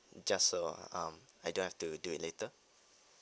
just to um I don't have to do it later